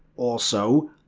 also,